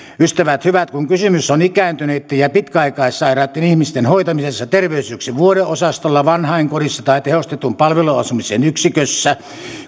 ystävät hyvät kun kysymys on ikääntyneitten ja pitkäaikaissairaitten ihmisten hoitamisesta terveyskeskuksen vuodeosastolla vanhainkodissa tai tehostetun palveluasumisen yksikössä